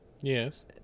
Yes